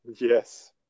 Yes